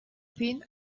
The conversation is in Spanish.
fin